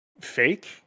fake